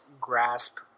grasp